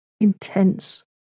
intense